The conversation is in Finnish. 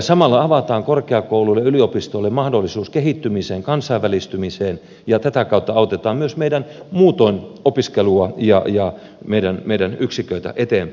samalla avataan korkeakouluille ja yliopistoille mahdollisuus kehittymiseen kansainvälistymiseen ja tätä kautta autetaan myös muutoin opiskelua ja meidän yksiköitämme eteenpäin